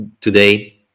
today